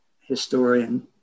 historian